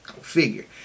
Figure